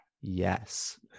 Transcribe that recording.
Yes